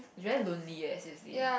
is very lonely eh seriously